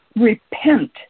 repent